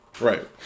Right